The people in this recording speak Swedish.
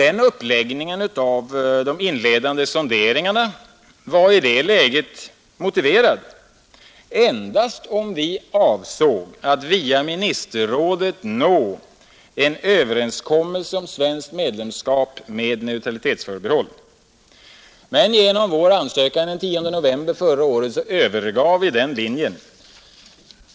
Den uppläggningen av de inledande sonderingarna var i det läget motiverad endast om vi avsåg att via ministerrådet försöka nå en överenskommelse om svenskt medlemskap med neutralitetsförbehåll. Men genom uppläggningen av vår ansökan den 10 november förra året övergav vi den linjen.